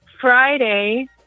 Friday